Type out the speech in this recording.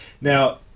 Now